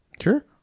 Sure